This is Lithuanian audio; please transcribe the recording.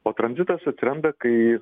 o tranzitas atsiranda kai